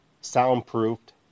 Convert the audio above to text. soundproofed